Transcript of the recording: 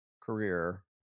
career